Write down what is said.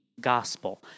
gospel